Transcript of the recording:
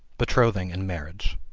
betrothing and marriage.